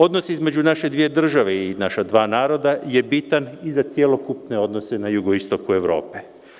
Odnosi između naše dve države i naša dva naroda je bitan i za celokupne odnose na jugoistoku Evrope.